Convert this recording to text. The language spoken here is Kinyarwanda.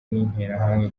n’interahamwe